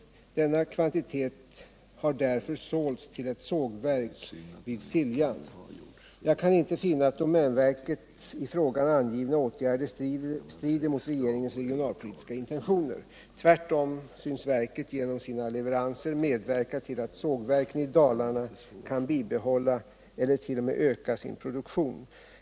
Denna kvantitet har därför sålts till ett sågverk vid Siljan. Jag kan inte finna att domänverkets i frågan angivna åtgärder strider mot regeringens regionalpolitiska intentioner, tvärtom synes verket genom sina leveranser medverka till att sågverken i Dalarna kan bibehålla eller t.o.m. öka sin produktion.